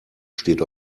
steht